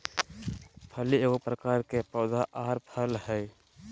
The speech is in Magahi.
फली एगो प्रकार के पौधा आर फल हइ